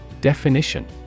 Definition